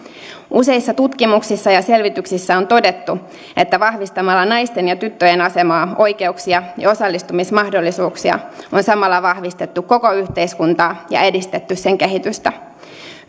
useissa tutkimuksissa ja selvityksissä on todettu että vahvistamalla naisten ja tyttöjen asemaa oikeuksia ja osallistumismahdollisuuksia on samalla vahvistettu koko yhteiskuntaa ja edistetty sen kehitystä